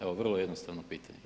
Evo vrlo jednostavno pitanje.